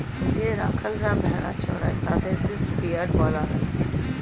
যে রাখালরা ভেড়া চড়ায় তাদের শেপার্ড বলা হয়